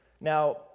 Now